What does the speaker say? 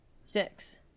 Six